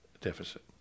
deficit